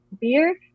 beer